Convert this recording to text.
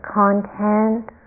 content